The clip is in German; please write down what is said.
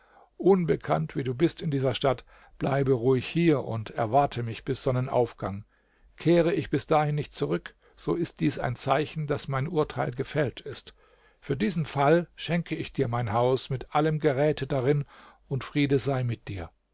unbekannt wie du bist in dieser stadt bleibe ruhig hier und erwarte mich bis sonnenaufgang kehre ich bis dahin nicht zurück so ist dies ein zeichen daß mein urteil gefällt ist für diesen fall schenke ich dir mein haus mit allem geräte darin und friede sei mit dir